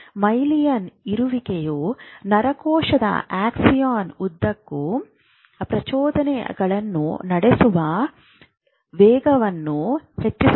myelin ಇರುವಿಕೆಯು ನರಕೋಶದ axon ಉದ್ದಕ್ಕೂ ಪ್ರಚೋದನೆಗಳನ್ನು ನಡೆಸುವ ವೇಗವನ್ನು ಹೆಚ್ಚಿಸುತ್ತದೆ